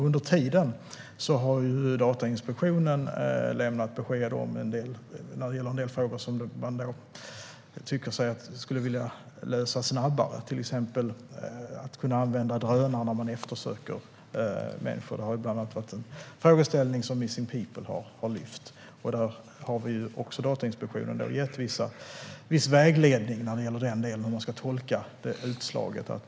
Under tiden har Datainspektionen lämnat besked när det gäller en del frågor som man tycker sig vilja lösa snabbare, till exempel att kunna använda drönare när man eftersöker människor. Det har bland annat varit en frågeställning som Missing People har lyft. Datainspektionen har gett viss vägledning när det gäller den delen och hur man ska tolka utslaget.